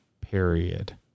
period